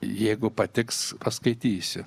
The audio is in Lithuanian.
jeigu patiks paskaitysiu